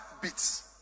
beats